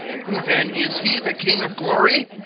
who then is he, the king of glory?